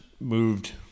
moved